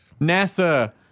NASA